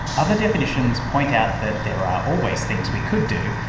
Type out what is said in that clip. other definitions point out that there are always things we could do,